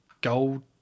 gold